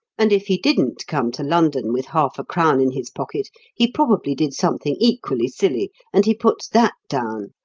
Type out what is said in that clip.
and if he didn't come to london with half a crown in his pocket he probably did something equally silly, and he puts that down,